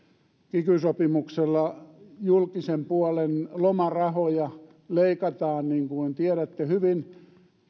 kiky sopimuksella julkisen puolen lomarahoja leikattiin kolmellakymmenellä prosentilla niin kuin tiedätte hyvin